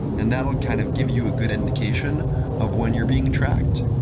and that will kind of give you a good indication of when you're being and tracked.